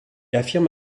affirme